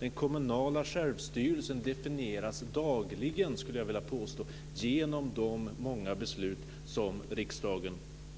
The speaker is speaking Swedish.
Den kommunala självstyrelsen definieras dagligen, skulle jag vilja påstå, genom de många beslut som riksdagen